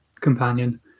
Companion